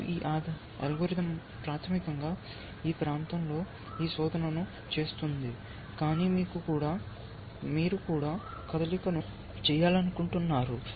మరియు ఈ అల్గోరిథం ప్రాథమికంగా ఈ ప్రాంతంలో ఈ శోధనను చేస్తోంది కానీ మీరు కూడా కదలికను చేయాలనుకుంటున్నారు